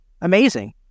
Amazing